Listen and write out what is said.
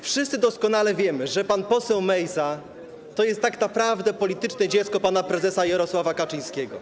Wszyscy doskonale wiemy, że pan poseł Mejza to jest tak naprawdę polityczne dziecko pana prezesa Jarosława Kaczyńskiego.